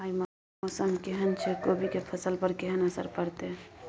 आय मौसम केहन छै कोबी के फसल पर केहन असर परतै?